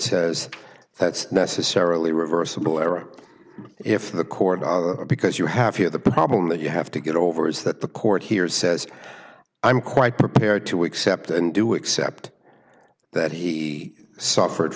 says that's necessarily reversible error if the court either because you have here the problem that you have to get over is that the court here says i'm quite prepared to accept and do except that he suffered